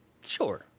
Sure